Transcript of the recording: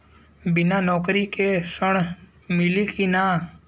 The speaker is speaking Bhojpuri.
बिना नौकरी के ऋण मिली कि ना?